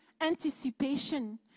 anticipation